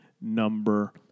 number